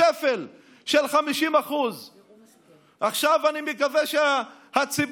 שפל של 50%. עכשיו אני מקווה שהציבור,